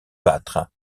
battre